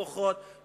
כוחות,